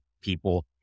people